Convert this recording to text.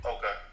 Okay